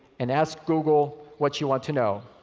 and ask google what you want to know.